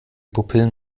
pupillen